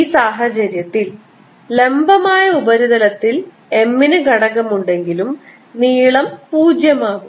ഈ സാഹചര്യത്തിൽ ലംബമായ ഉപരിതലത്തിൽ M ന് ഘടകം ഉണ്ടെങ്കിലും നീളം 0 ആകും